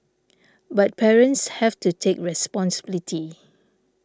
but parents have to take responsibility